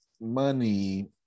money